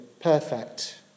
perfect